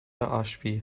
ashby